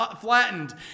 flattened